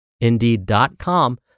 Indeed.com